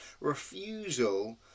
refusal